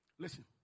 Listen